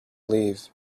leave